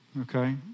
okay